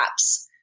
apps